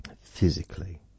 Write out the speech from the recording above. physically